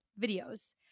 videos